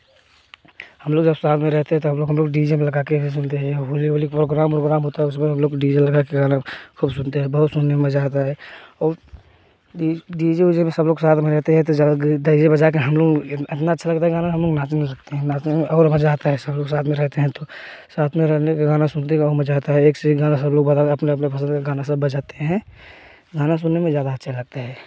हम लोग जब साथ में रहते हैं तो हम लोग हम लोग डी जे में लगा कर ऐसे सुनते है या होली होली प्रोग्राम होता है उसमें हम लोग डी जे का गाना खूब सुनते हैं बहुत सुनने में मज़ा आता है और डी जे ऊ जे सब लोग साथ में रहते हैं तो धैर्य बजा कर हम लोग इतना अच्छा लगता है गाना हम लोग नाचने लगते हैं नाचने में और मज़ा आता है सब लोग साथ में रहते हैं तो साथ में रहने के गाना सुनते हैं वह मज़ा आता है एक से एक गाना अपने अपने पसंद का गाना सब बजाते हैं गाना सुनने में ज़्यादा अच्छे लगते हैं